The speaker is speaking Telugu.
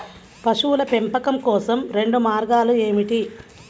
పశువుల పెంపకం కోసం రెండు మార్గాలు ఏమిటీ?